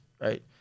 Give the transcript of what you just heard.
right